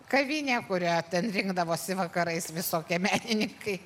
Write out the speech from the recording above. kavinė kurią ten rinkdavosi vakarais visokie menininkai